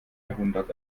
jahrhundert